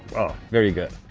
oh very good